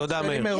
תודה, מאיר.